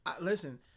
Listen